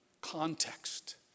context